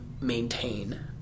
maintain